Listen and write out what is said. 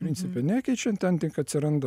principi nekeičia ten tik atsiranda